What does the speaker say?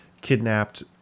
kidnapped